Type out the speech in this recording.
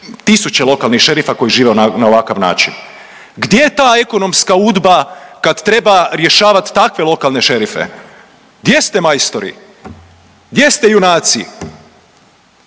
tisuće lokalnih šerifa koji žive na ovakav način. Gdje je ta ekonomska Udba kad treba rješavat takve lokalne šerife? Gdje ste majstori? Gdje ste junaci?